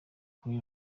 kuri